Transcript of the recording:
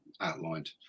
outlined